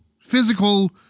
Physical